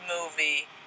movie